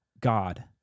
God